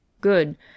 Good